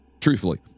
Truthfully